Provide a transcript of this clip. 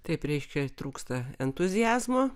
taip reiškia trūksta entuziazmo